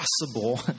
possible